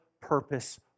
purpose